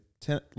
Ten